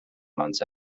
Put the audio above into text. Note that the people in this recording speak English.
months